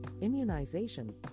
immunization